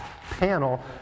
panel